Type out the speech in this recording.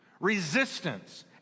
resistance